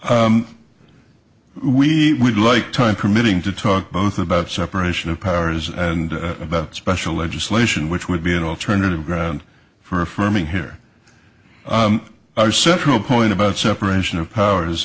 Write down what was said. we would like time permitting to talk both about separation of powers and about special legislation which would be an alternative ground for affirming here our central point about separation of powers